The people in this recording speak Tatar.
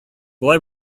болай